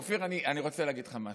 אופיר, אני רוצה להגיד לך משהו,